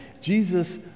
Jesus